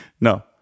no